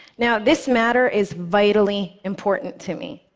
now, this matter is vitally important to me.